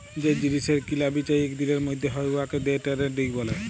যে জিলিসের কিলা বিচা ইক দিলের ম্যধে হ্যয় উয়াকে দে টেরেডিং ব্যলে